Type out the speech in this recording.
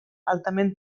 altament